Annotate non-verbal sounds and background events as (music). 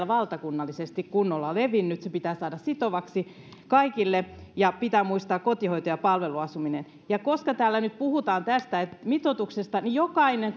(unintelligible) valtakunnallisesti kunnolla levinnyt ja se pitää saada sitovaksi kaikille ja pitää muistaa kotihoito ja palveluasuminen koska täällä nyt puhutaan tästä mitoituksesta niin jokainen (unintelligible)